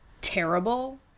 terrible